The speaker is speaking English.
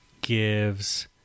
gives